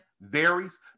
varies